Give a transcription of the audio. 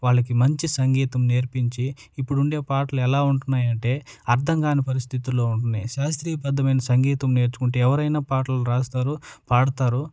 వాళ్ళకి మంచి సంగీతం నేర్పించి ఇప్పుడుండే పాటలు ఎలా ఉంటున్నాయంటే అర్థం కాని పరిస్థితిలో ఉంటున్నాయి శాస్త్రీయబద్ధమైన సంగీతం నేర్చుకుంటే ఎవరైనా పాటలు రాస్తారు పాడతారు